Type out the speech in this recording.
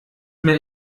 mehr